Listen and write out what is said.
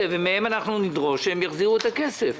ומהם אנחנו נדרוש שהם יחזירו את הכסף.